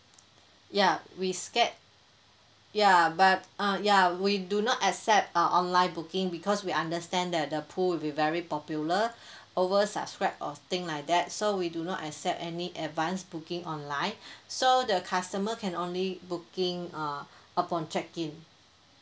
ya we scared ya but uh ya we do not accept uh online booking because we understand that the pool will be very popular oversubscribed or thing like that so we do not accept any advance booking online so the customer can only booking uh upon check in